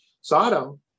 Sodom